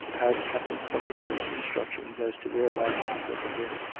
had captain fortescue's instructions as to where lodgings were prepared.